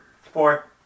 Four